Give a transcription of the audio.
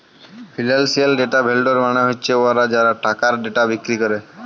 financial data vendor মালে হছে উয়ারা যারা টাকার ডেটা বিক্কিরি ক্যরে